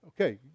okay